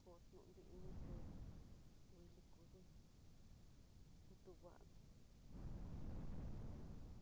koti indi inité nguili koduno kutu va'a nó ujun.